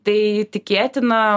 tai tikėtina